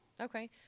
Okay